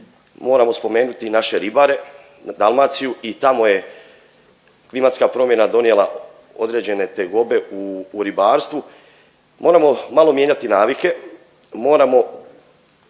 moramo spomenuti i naše ribare, na Dalmaciju i tamo je klimatska promjena donijela određene tegobe u ribarstvu. Moramo malo mijenjati navike,